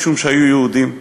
משום שהיו יהודים,